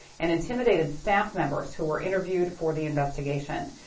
and intimidated staff members who were interviewed for the investigation.